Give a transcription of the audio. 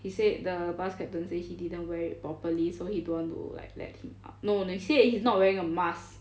he said the bus captain say he didn't wear it properly so he don't want to like let him up no no he say that he's not wearing a mask